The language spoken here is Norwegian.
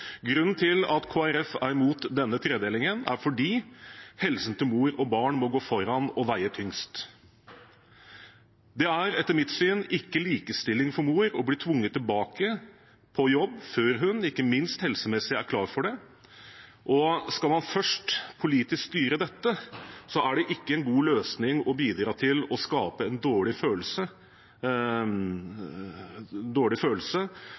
Grunnen til at Kristelig Folkeparti er imot denne tredelingen, er at helsen til mor og barn må gå foran og veie tyngst. Det er etter mitt syn ikke likestilling for mor å bli tvunget tilbake på jobb før hun – ikke minst helsemessig – er klar for det. Skal man først styre dette politisk, er det ikke en god løsning å bidra til å skape en dårlig følelse